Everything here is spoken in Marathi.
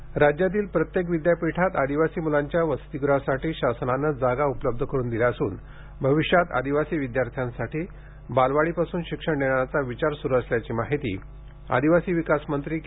आदिवासी वसतिगह राज्यातील प्रत्येक विद्यापीठात आदिवासी मुलांच्या वसतिगृहासाठी शासनाने जागा उपलब्ध करून दिली असून भविष्यात आदिवासी विद्यार्थ्यांसाठी बालवाडीपासून शिक्षण देण्याचा विचार सुरू असल्याची माहिती आदिवासी विकासमंत्री के